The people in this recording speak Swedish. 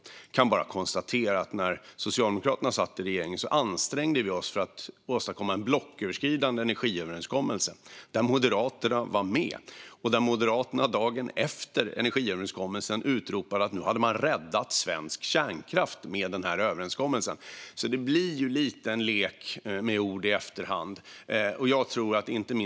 Jag kan bara konstatera att när Socialdemokraterna satt i regeringen ansträngde vi oss för att åstadkomma en blocköverskridande energiöverenskommelse där Moderaterna var med och där Moderaterna dagen efter energiöverenskommelsen utropade att nu hade man räddat svensk kärnkraft med denna överenskommelse. Det blir därför lite en lek med ord i efterhand.